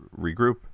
regroup